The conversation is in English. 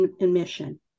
admission